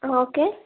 okay